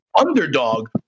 underdog